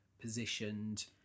positioned